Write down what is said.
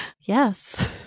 Yes